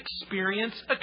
experience